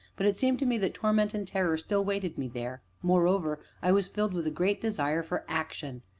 but it seemed to me that torment and terror still waited me there moreover, i was filled with a great desire for action.